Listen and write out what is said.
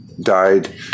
died